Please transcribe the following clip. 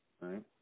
right